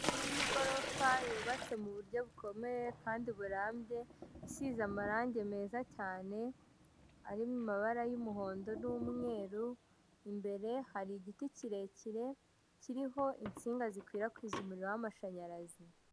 Inzu y'igorofa yubatse mu buryo bukomeye kandi burambye, isize amarange meza cyane ari mu mabara y'umuhondo n'umweru, imbere hari igiti kirekire kiriho insinga zikwirakwiza umuriro w'amashanyarazi.